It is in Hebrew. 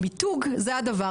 המיתוג זה הדבר,